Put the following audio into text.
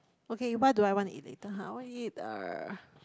okay you buy do I want eat eater how I want eat a